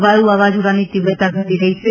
વાયુ વાવાઝોડાની તીવ્રતા ઘટી રહી છે